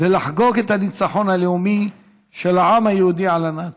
ולחגוג את הניצחון הלאומי של העם היהודי על הנאצים.